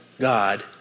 God